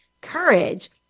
courage